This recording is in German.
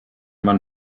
man